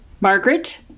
Margaret